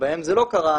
שבו זה לא קרה,